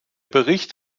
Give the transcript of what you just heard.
bericht